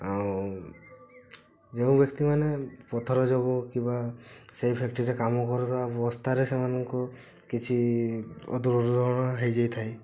ଆଉ ଯେଉଁ ବ୍ୟକ୍ତିମାନେ ପଥର ଯୋଗୁଁ କିମ୍ବା ସେଇ ଫ୍ୟାକ୍ଟ୍ରିରେ କାମ କରୁଥିବା ଅବସ୍ଥାରେ ସେମାନଙ୍କୁ କିଛି ଦୁର୍ଘଟଣା ହୋଇଯାଇଥାଏ